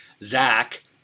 Zach